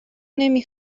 نمی